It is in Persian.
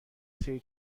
سری